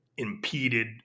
Impeded